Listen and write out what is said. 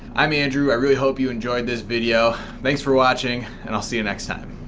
i'm andrew, i really hope you enjoyed this video. thanks for watching and i'll see you next time!